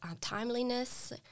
timeliness